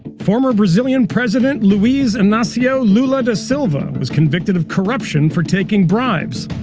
former brazilian president luiz inacio lula da silva was convicted of corruption for taking bribes,